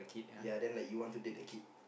ya then like you want to date the kid